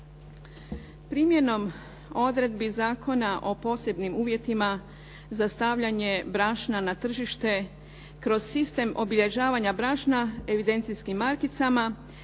Primjenom odredbi Zakona o posebnim uvjetima za stavljanje brašna na tržište kroz sistem obilježavanja brašna evidencijskim markicama